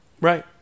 right